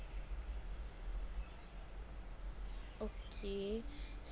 okay